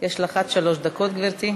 יש לך עד שלוש דקות, גברתי.